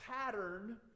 pattern